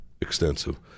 extensive